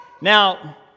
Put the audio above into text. Now